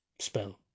spell